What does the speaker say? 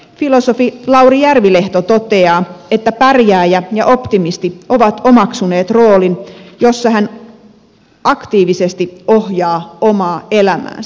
filosofi lauri järvilehto toteaa että pärjääjä ja optimisti ovat omaksuneet roolin jossa he aktiivisesti ohjaavat omaa elämäänsä